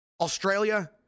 Australia